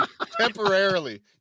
temporarily